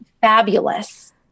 fabulous